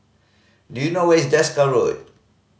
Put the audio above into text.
do you know where is Desker Road